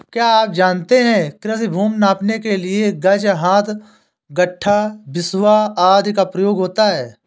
क्या आप जानते है कृषि भूमि नापने के लिए गज, हाथ, गट्ठा, बिस्बा आदि का प्रयोग होता है?